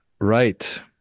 right